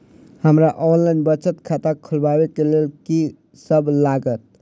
हमरा ऑनलाइन बचत खाता खोलाबै केँ लेल की सब लागत?